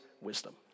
wisdom